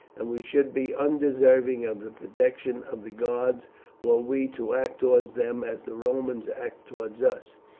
and we should be undeserving of the protection of the gods were we to act towards them as the romans act towards us.